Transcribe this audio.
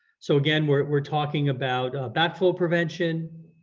so again, we're talking about backflow prevention